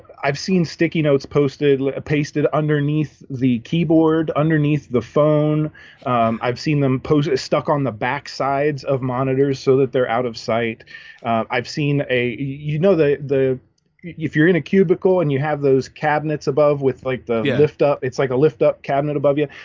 i've seen sticky notes posted like pasted underneath the keyboard underneath the phone i've seen them post stuck on the backsides of monitors so that they're out of sight i've seen a you know the the if you're in a cubicle and you have those cabinets above with like the lift up it's like a lift up cabinet above you.